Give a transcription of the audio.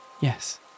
Yes